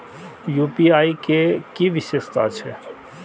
UPI के कि विषेशता छै?